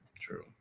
True